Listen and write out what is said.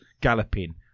galloping